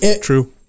true